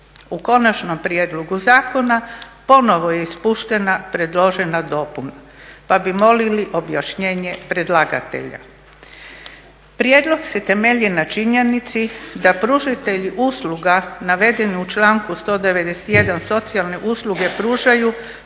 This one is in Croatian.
U konačnom prijedlogu zakona ponovo je ispuštena predložena dopuna pa bi molili objašnjenje predlagatelja. Prijedlog se temelji na činjenici da pružatelji usluga navedeni u članku 191.socijalne usluge pružaju